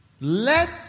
let